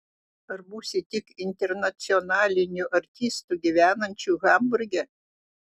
ar būsi tik internacionaliniu artistu gyvenančiu hamburge